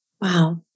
Wow